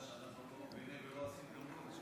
אנחנו לא מבינים ולא עשינו כלום?